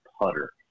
putter